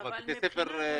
מזהים